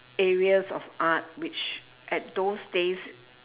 areas of art which at those days